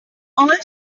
all